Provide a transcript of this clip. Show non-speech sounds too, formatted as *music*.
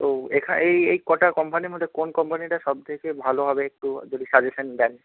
তো *unintelligible* এই এই কটা কোম্পানির মধ্যে কোন কোম্পানিটা সব থেকে ভালো হবে একটু যদি সাজেশান দেন